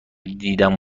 دیدن